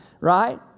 right